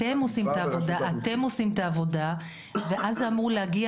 אתם עושים את העבודה ואז זה אמור להגיע